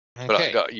Okay